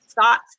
thoughts